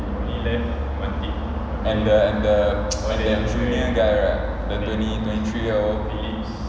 and the and the yang junior guy the twenty twenty three year old